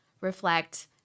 reflect